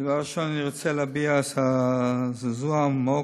דבר ראשון, אני רוצה להביע את הזעזוע העמוק,